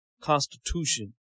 constitution